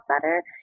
better